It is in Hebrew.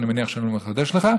אני מניח שאני לא מחדש לך,